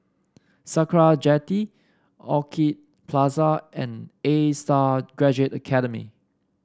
Sakra Jetty Orchid Plaza and A Star Graduate Academy